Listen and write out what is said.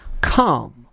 Come